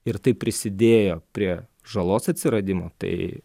ir taip prisidėjo prie žalos atsiradimo tai